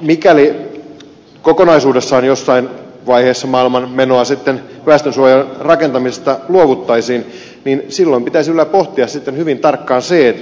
mikäli kokonaisuudessaan jossain vaiheessa maailman menoa sitten väestönsuojarakentamisesta luovuttaisiin niin silloin pitäisi kyllä pohtia sitten hyvin tarkkaan se